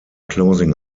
closing